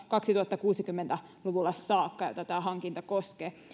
kaksituhattakuusikymmentä luvulle saakka ja tätä hankinta koskee